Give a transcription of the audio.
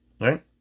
Right